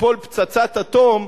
תיפול פצצת אטום,